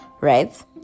Right